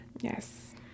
Yes